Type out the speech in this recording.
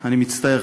אני מצטער,